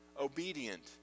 obedient